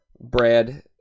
Brad